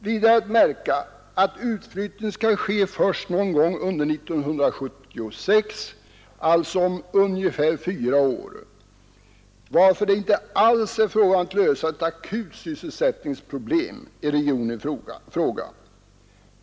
Vidare är att märka att utflyttningen skall ske först någon gång under 1976, alltså om ungefär fyra år, varför det inte alls är fråga om att lösa ett akut sysselsättningsproblem i regionen i fråga.